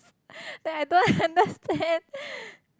that I don't understand